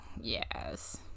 Yes